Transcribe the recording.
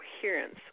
coherence